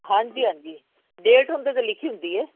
ਹਾਂਜੀ ਹਾਂਜੀ ਡੇਟ ਉਹਦੇ ਤੇ ਲਿਖੀ ਹੁੰਦੀ ਐ